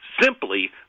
simply